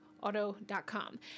auto.com